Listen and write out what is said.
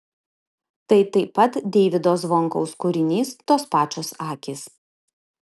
tai taip pat deivydo zvonkaus kūrinys tos pačios akys